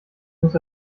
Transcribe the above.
muss